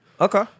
Okay